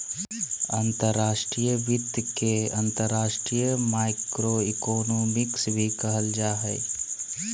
अंतर्राष्ट्रीय वित्त के अंतर्राष्ट्रीय माइक्रोइकोनॉमिक्स भी कहल जा हय